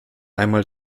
einmal